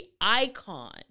icon